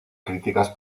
críticas